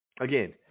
Again